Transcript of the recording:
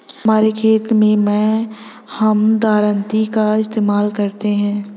हमारे खेत मैं हम दरांती का इस्तेमाल करते हैं